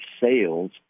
sales